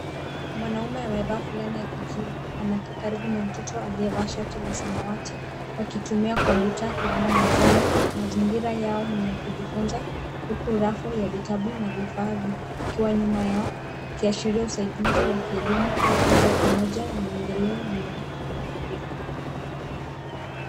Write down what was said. Mwanaume amevaa fulana ya kijivu anakaa karibu na mtoto aliyevaa shati la samawati wakitumia kompyuta kibao mezani. Mazingira yao ni ya kujifunza huku rafu ya vitabu na vifaa vingi nyuma yao ikiashiria usaidizi wa kielimu au kazi ya pamoja ya maendeleo ya maarifa.